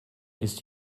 ist